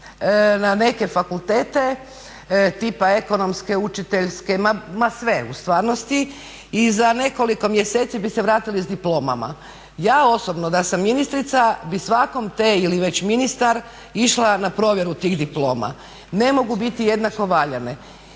na neke fakultete tipa ekonomske, učiteljske, ma sve u stvarnosti i za nekoliko mjeseci bi se vratili s diplomama. Ja osobno da sam ministrica ili ministar bi svakom išla na provjeru tih diploma. Ne mogu biti jednako valjane.